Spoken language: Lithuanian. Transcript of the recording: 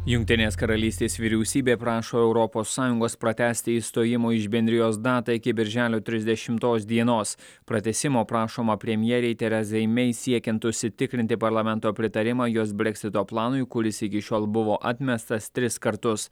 jungtinės karalystės vyriausybė prašo europos sąjungos pratęsti išstojimo iš bendrijos datą iki birželio trisdešimtos dienos pratęsimo prašoma premjerei terezai mei siekiant užsitikrinti parlamento pritarimą jos breksito planui kuris iki šiol buvo atmestas tris kartus